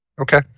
Okay